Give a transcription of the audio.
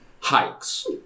hikes